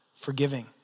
Forgiving